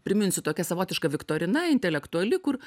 priminsiu tokia savotiška viktorina intelektuali kur